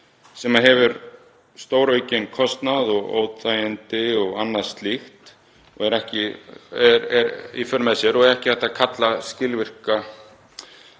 sem hefur stóraukinn kostnað og óþægindi og annað slíkt í för með sér og er hvorki hægt að kalla skilvirka